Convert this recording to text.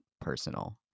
personal